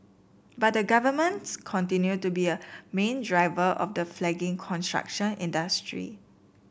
but the Governments continues to be a main driver of the flagging construction industry